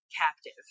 captive